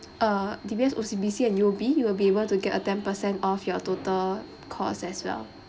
uh D_B_S O_C_B_C U_O_B you will be able to get a ten percent off your total cost as well